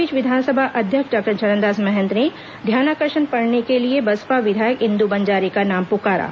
इस बीच विधानसभा अध्यक्ष डॉक्टर चरणदास महंत ने ध्यानाकर्षण पढ़ने के लिए बसपा विधायक इंदु बंजारे का नाम पुकारा